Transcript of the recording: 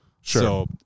Sure